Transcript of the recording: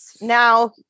Now